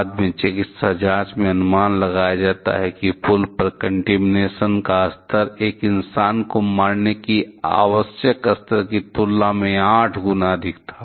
बाद में चिकित्सा जांच ने यह अनुमान लगाया कि पुल पर कन्टीमीनेशन का स्तर एक इंसान को मारने के लिए आवश्यक स्तर की तुलना में 8 गुना अधिक था